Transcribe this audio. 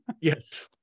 Yes